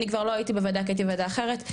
אני כבר לא הייתי בוועדה כי הייתי בוועדה אחרת,